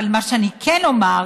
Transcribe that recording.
אבל מה שאני כן אומר: